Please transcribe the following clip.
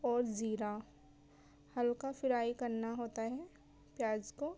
اور زیرا ہلکا فرائی کرنا ہوتا ہے پیاز کو